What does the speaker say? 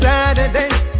Saturdays